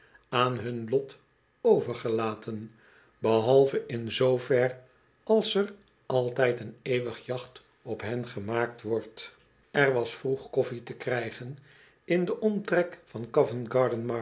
aan hun lot overgelaten behalve in zoover als er altijd en eeuwig jacht op hen gemaakt wordt er was vroeg koffie te krijgen in den omtrek van